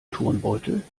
turnbeutel